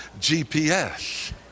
GPS